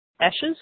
ashes